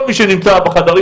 כל מי שנמצא בחדרים,